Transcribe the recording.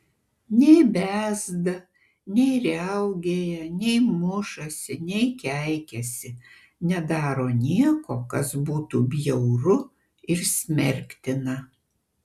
nei bezda nei riaugėja nei mušasi nei keikiasi nedaro nieko kas būtų bjauru ir smerktina